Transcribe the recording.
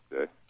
Okay